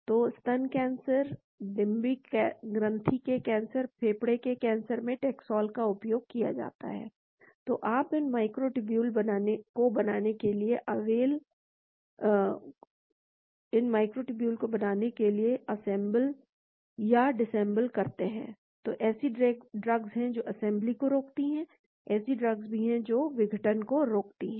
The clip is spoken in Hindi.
तो स्तन कैंसर डिम्बग्रंथि के कैंसर फेफड़े के कैंसर में टैक्सोल का उपयोग किया जाता है तो आप इन माइक्रोटूब्यूल को बनाने के लिए असेंबल या डिसेसेंबल करते हैं तो ऐसी ड्रग्स हैं जो असेंबली को रोकती हैं ऐसी ड्रग्स भी हैं जो विघटन को रोकती हैं